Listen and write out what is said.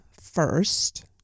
first